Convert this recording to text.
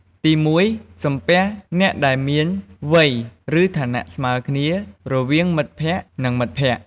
ទីមួយ សំពះអ្នកដែលមាន វ័យ ឬ ឋានៈស្មើគ្នា រវាងមិត្តភក្តិ និងមិត្តភក្តិ។